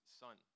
son